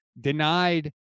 denied